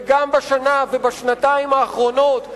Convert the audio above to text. וגם בשנה ובשנתיים האחרונות,